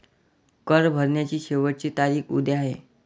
कर भरण्याची शेवटची तारीख उद्या आहे